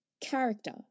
character